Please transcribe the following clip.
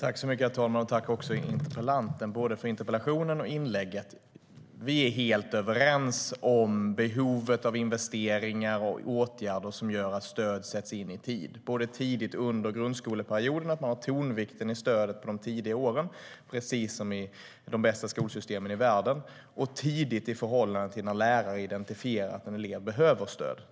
Herr talman! Tack, interpellanten, både för interpellationen och för inlägget! Vi är helt överens om behovet av investeringar och åtgärder som gör att stöd sätts in i tid, både att man har tonvikten i stödet på de tidiga åren i grundskolan, precis som i de bästa skolsystemen i världen, och tidigt i förhållande till att en lärare identifierar att en elev behöver stöd.